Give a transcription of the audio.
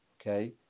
okay